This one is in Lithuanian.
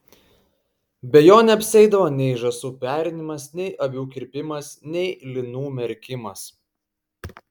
be jo neapsieidavo nei žąsų perinimas nei avių kirpimas nei linų merkimas